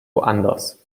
woanders